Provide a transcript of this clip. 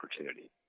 opportunity